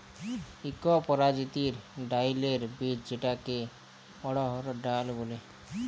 ইক পরজাতির ডাইলের বীজ যেটাকে অড়হর ডাল ব্যলে